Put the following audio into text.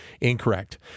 incorrect